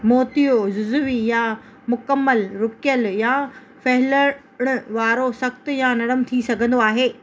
मोतिया जुज़्वी या मुकमलु रुकियलु या फ़हिलणु वारो सख़्तु या नर्मु थी सघंदो आहे